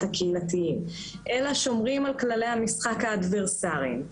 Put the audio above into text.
הקהילתיים אלא שומרים על כללי המשחק האדברסרים,